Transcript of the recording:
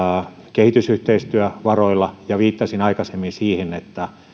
kehitysyhteistyövaroilla viittasin aikaisemmin siihen että